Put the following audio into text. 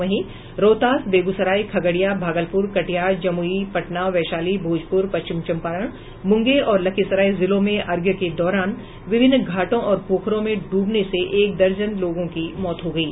वहीं रोहतास बेगूसराय खगड़िया भागलपुर कटिहार जमुई पटना वैशाली भोजपुर पश्चिम चंपारण मुंगेर और लखीसराय जिले में अर्घ्य के दौरान विभिन्न घाटों और पोखरों में ड्रबने से एक दर्जन लोगों की मौत हो गयी